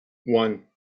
one